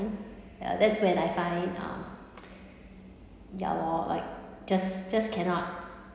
ya that's when I find um ya lor like just just cannot